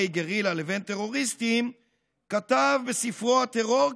גרילה לבין טרוריסטים כתב בספרו "הטרור,